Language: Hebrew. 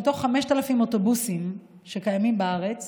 מתוך 5,000 אוטובוסים שקיימים בארץ,